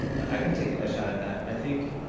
i can take a shot at that. i think